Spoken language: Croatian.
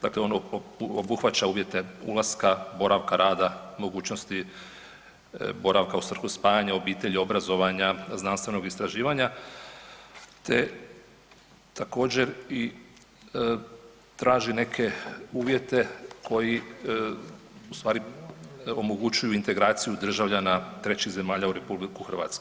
Dakle, on obuhvaća uvjete ulaska, boravka, rada, mogućnosti boravka u svrhu spajanja obitelji, obrazovanja, znanstvenog istraživanja te također i traži neke uvjete koji ustvari omogućuju integraciju državljana trećih zemalja u RH.